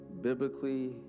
biblically